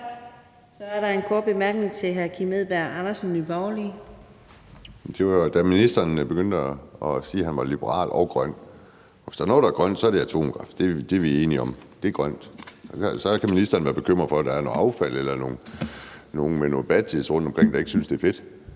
Edberg Andersen, Nye Borgerlige. Kl. 22:01 Kim Edberg Andersen (NB): Ministeren begyndte at sige, at han var liberal og grøn, og hvis der er noget, der er grønt, så er det atomkraft. Det er vi enige om er grønt. Så kan ministeren være bekymret for, at der er noget affald eller nogle med badges rundtomkring, der ikke synes, at det er fedt.